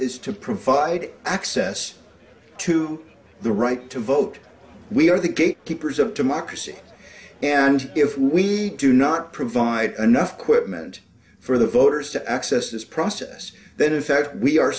is to provide access to the right to vote we are the gatekeepers of democracy and if we do not provide enough quick meant for the voters to access this process that in fact we are